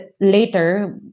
later